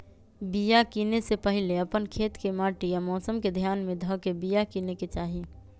बिया किनेए से पहिले अप्पन खेत के माटि आ मौसम के ध्यान में ध के बिया किनेकेँ चाही